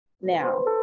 now